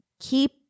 keep